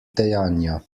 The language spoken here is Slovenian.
dejanja